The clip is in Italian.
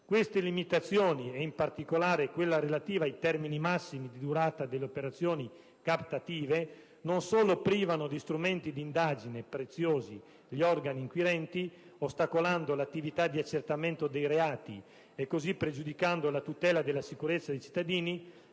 Queste limitazioni, in particolare quella relativa ai termini massimi di durata delle operazioni captative, non solo privano di strumenti di indagine preziosi gli organi inquirenti, ostacolando l'attività di accertamento dei reati e così pregiudicando la tutela della sicurezza dei cittadini,